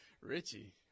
Richie